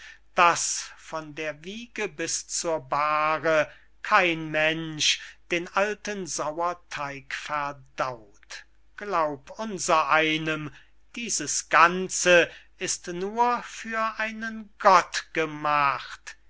daß von der wiege bis zur bahre kein mensch den alten sauerteig verdaut glaub unser einem dieses ganze ist nur für einen gott gemacht